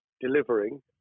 delivering